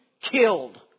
killed